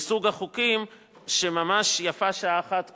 לסוג החוקים שממש יפה שעה אחת קודם.